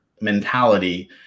mentality